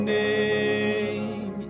name